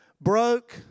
broke